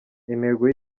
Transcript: intego